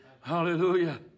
Hallelujah